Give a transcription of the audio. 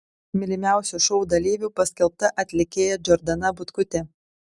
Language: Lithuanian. mylimiausiu šou dalyviu paskelbta atlikėja džordana butkutė